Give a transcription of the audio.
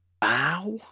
bow